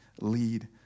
lead